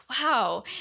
wow